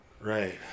Right